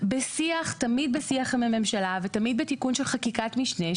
תמיד בשיח עם הממשלה ותמיד בתיקון של חקיקת משנה,